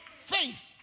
Faith